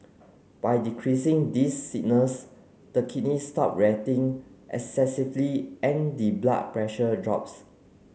by decreasing these signals the kidneys stop reacting excessively and the blood pressure drops